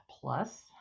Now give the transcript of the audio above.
Plus